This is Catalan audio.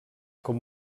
com